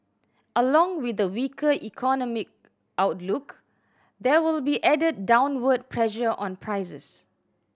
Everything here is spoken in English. along with the weaker economic outlook there will be added downward pressure on prices